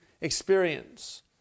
experience